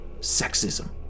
sexism